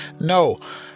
No